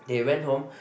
they went home